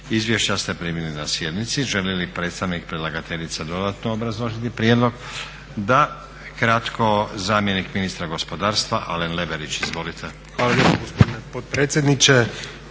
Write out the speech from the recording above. Izvješća ste primili na sjednici. Želi li predstavnik predlagateljice dodatno obrazložiti prijedlog? Da, kratko. Zamjenik ministra gospodarstva Alen Leverić. Izvolite. **Leverić, Alen** Hvala lijepo gospodine potpredsjedniče.